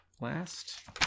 last